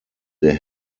der